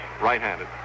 right-handed